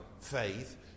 faith